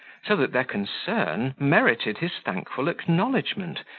so that their concern merited his thankful acknowledgment,